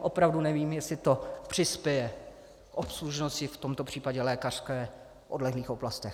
Opravdu nevím, jestli to přispěje k obslužnosti, v tomto případě lékařské, v odlehlých oblastech.